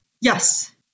Yes